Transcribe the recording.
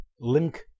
link